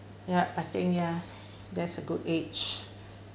ya I think ya that's a good age